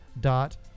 dot